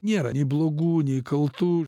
nėra nei blogų nei kaltų